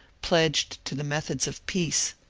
pledged to the methods of peace.